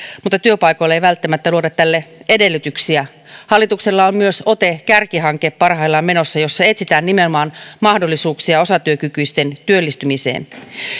mutta työpaikoilla ei välttämättä luoda tälle edellytyksiä hallituksella on myös ote kärkihanke parhaillaan menossa jossa etsitään nimenomaan mahdollisuuksia osatyökykyisten työllistymiseen